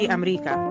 America